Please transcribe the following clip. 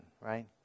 right